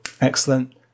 Excellent